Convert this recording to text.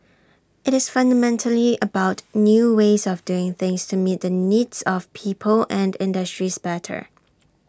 IT is fundamentally about new ways of doing things to meet the needs of people and industries better